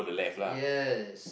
yes